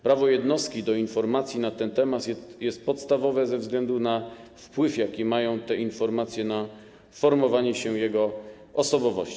Prawo jednostki do informacji na ten temat jest podstawowe ze względu na wpływ, jaki mają te informacje na formowanie się jej osobowości.